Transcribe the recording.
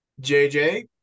jj